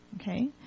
okay